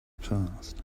passed